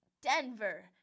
Denver